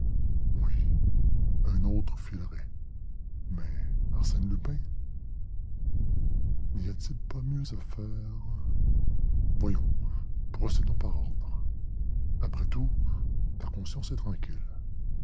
un autre filerait mais arsène lupin n'y a-t-il pas mieux à faire voyons procédons par ordre après tout ta conscience est tranquille